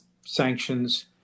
sanctions